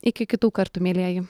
iki kitų kartų mielieji